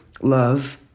love